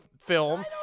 film